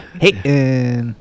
Hey